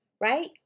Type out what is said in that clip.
right